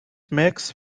makes